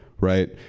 right